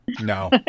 No